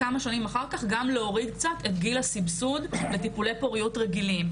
כמה שנים אחר כך גם להוריד קצת את גיל הסבסוד לטיפולי פוריות רגילים.